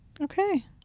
okay